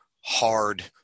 hard